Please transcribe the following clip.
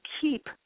keep